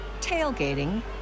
tailgating